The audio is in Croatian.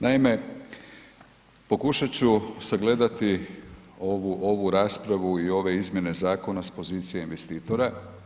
Naime, pokušat ću sagledati ovu raspravu i ove izmjene zakona s pozicije investitora.